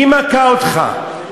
היא מכה אותך.